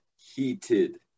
Heated